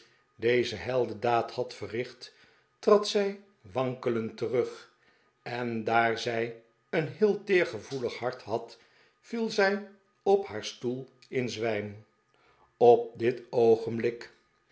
deze heldendaad had verricht trad zij wankelend terug en daar zij een heel teergevoelig hart had viel zij op haar stoel in zwijm op dit oogenblik